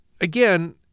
again